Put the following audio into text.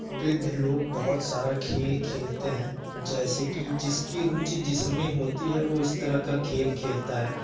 वृद्ध लोग बहुत सारा खेल खेलते हैं जैसे कि जिसकी रुचि जिसमें होती है वो उस तरह का खेल खेलता है